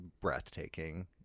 breathtaking